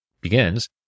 begins